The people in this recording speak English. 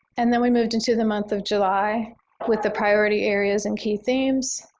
and then we moved into the month of july with the priority areas and key themes,